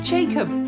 Jacob